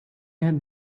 had